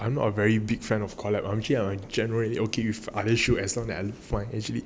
a very big fan of collab actually I'm generally okay with other shoes as long as